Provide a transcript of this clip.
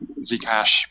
Zcash